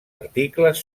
articles